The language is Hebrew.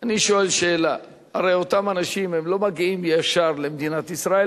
אני שואל שאלה: הרי אותם אנשים לא מגיעים ישר למדינת ישראל,